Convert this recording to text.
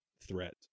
threat